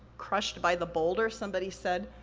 crushed by the boulder, somebody said,